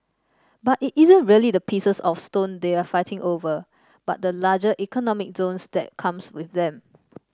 but it isn't really the pieces of stone they're fighting over but the larger economic zones that comes swith them